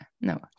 no